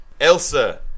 Elsa